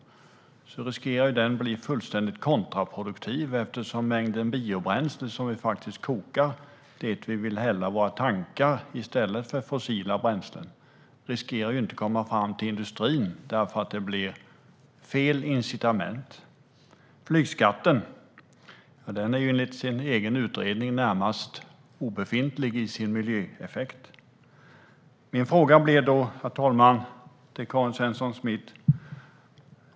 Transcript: Den riskerar att bli fullständigt kontraproduktiv. Det biobränsle som vi faktiskt kokar - det som vi vill hälla i våra tankar i stället för fossila bränslen - riskerar nämligen att inte komma fram till industrin eftersom det blir fel incitament. Flygskatten har enligt sin egen utredning en närmast obefintlig miljöeffekt. Herr talman! Jag har då en fråga till Karin Svensson Smith.